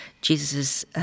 Jesus